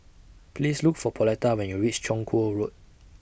Please Look For Pauletta when YOU REACH Chong Kuo Road